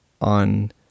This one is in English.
on